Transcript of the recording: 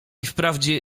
wprawdzie